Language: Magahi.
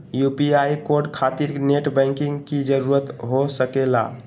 यू.पी.आई कोड खातिर नेट बैंकिंग की जरूरत हो सके ला?